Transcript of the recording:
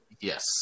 Yes